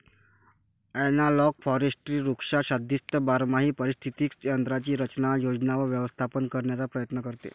analogue forestry वृक्षाच्छादित बारमाही पारिस्थितिक तंत्रांची रचना, योजना व व्यवस्थापन करण्याचा प्रयत्न करते